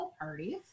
parties